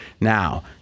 Now